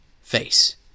face